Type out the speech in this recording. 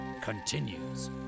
continues